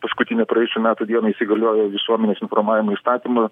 paskutinę praėjusių metų dieną įsigaliojo visuomenės informavimo įstatymo